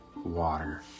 water